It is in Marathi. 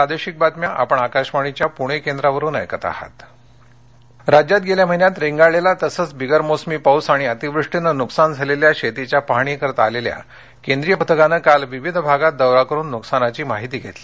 पथक पाहणी राज्यात गेल्या महिन्यात रेंगाळलेला तसंच बिगरमोसमी पाऊस आणि अतिवृष्टीने नुकसान झालेल्या शेतीच्या पाहणीसाठी आलेल्या केंद्रीय पथकानं काल विविध भागात दौरा करून नुकसानाची माहिती घेतली